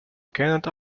cannot